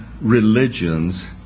religions